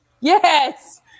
Yes